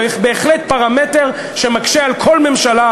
הוא בהחלט פרמטר שמקשה על כל ממשלה,